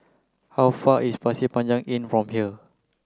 how far is Pasir Panjang Inn from here